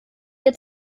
dir